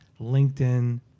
LinkedIn